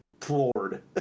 floored